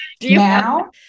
Now